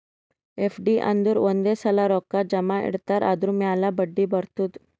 FD ಅಂದುರ್ ಒಂದೇ ಸಲಾ ರೊಕ್ಕಾ ಜಮಾ ಇಡ್ತಾರ್ ಅದುರ್ ಮ್ಯಾಲ ಬಡ್ಡಿ ಬರ್ತುದ್